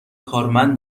کارمند